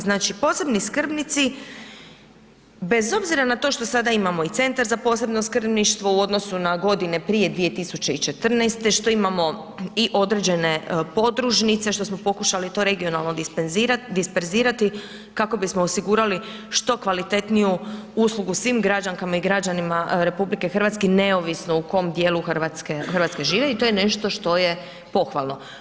Znači posebni skrbnici bez obzira na to što sada imamo i Centar za posebno skrbništvo u odnosu na godine prije 2014. što imamo i određene podružnice, što smo to pokušali regionalno disperzirati kako bismo osigurali što kvalitetniju uslugu svim građankama i građanima RH neovisno u kom dijelu Hrvatske žive i to je nešto što je pohvalno.